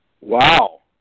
Wow